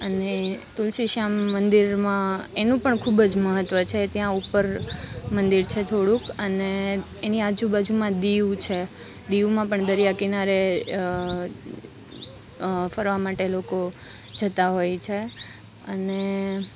અને તુલસી શ્યામ મંદિરમાં એનું પણ ખૂબ જ મહત્વ છે ત્યાં ઉપર મંદિર છે થોડુંક અને એની આજુબાજુમાં દીવ છે દીવમાં પણ દરિયા કિનારે ફરવા માટે લોકો જતાં હોય છે અને